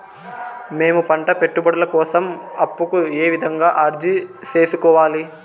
మేము పంట పెట్టుబడుల కోసం అప్పు కు ఏ విధంగా అర్జీ సేసుకోవాలి?